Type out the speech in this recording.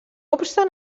obstant